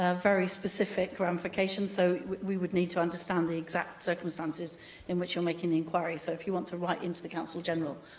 ah very specific ramifications, so we would need to understand the exact circumstances in which you're making the inquiry. so, if you want to write in to the counsel general,